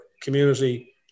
community